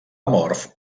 amorf